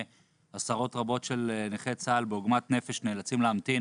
עשרות רבות של נכי צה"ל בעוגמת נפש נאלצים להמתין